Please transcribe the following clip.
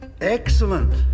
Excellent